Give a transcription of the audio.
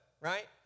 right